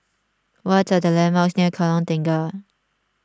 what are the landmarks near Kallang Tengah